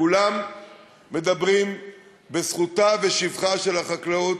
כולם מדברים בזכותה ובשבחה של החקלאות,